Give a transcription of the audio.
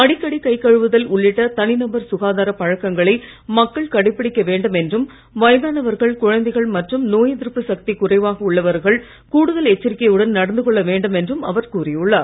அடிக்கடி கை கழுவுதல் உள்ளிட்ட தனிநபர் சுகாதார பழக்கங்களை மக்கள் கடைபிடிக்க வேண்டும் என்றும் வயதானவர்கள் குழந்தைகள் மற்றும் நோய் எதிர்ப்பு சக்தி குறைவாக உள்ளவர்கள் கூடுதல் எச்சரிக்கையுடன் நடந்து கொள்ள வேண்டும் என்றும் அவர் கூறியுள்ளார்